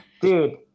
dude